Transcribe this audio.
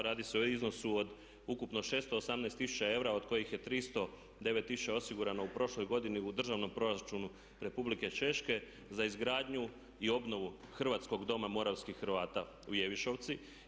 Radi se o iznosu od ukupno 618 tisuća eura od kojih je 309 tisuća osigurano u prošloj godini u državnom proračunu Republike Češke za izgradnju i obnovu Hrvatskog doma moravskih Hrvata u Jevišovki.